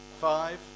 five